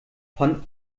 von